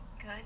good